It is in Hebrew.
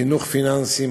חינוך פיננסי,